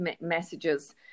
messages